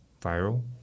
Viral